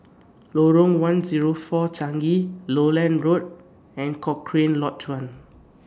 Lorong one Zero four Changi Lowland Road and Cochrane Lodge one